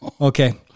Okay